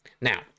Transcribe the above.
Now